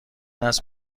است